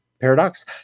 paradox